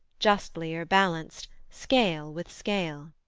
justlier balanced, scale with scale